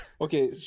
Okay